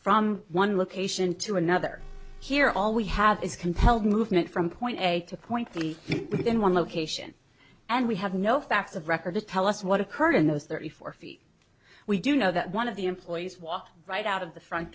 from one location to another here all we have is compelled movement from point a to point b within one location and we have no facts of record to tell us what occurred in those thirty four feet we do know that one of the employees walked right out of the front